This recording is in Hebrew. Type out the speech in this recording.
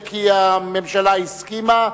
כי הממשלה הסכימה,